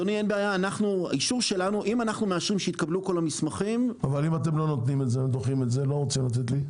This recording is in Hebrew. אם אנחנו מאשרים שהתקבלו כל המסמכים- -- אבל אם אתם דוחים את זה,